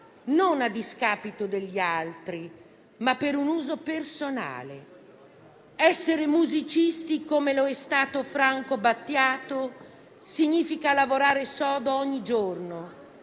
non a discapito degli altri, ma per un uso personale. Essere musicisti, come lo è stato Franco Battiato, significa lavorare sodo ogni giorno;